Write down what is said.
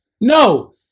No